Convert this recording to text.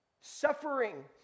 Suffering